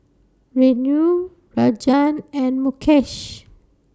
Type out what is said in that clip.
Renu Rajan and Mukesh